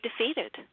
defeated